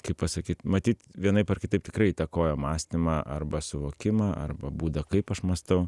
kaip pasakyt matyt vienaip ar kitaip tikrai įtakojo mąstymą arba suvokimą arba būdą kaip aš mąstau